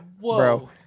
bro